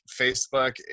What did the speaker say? Facebook